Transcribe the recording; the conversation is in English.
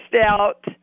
out –